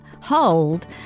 hold